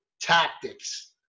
tactics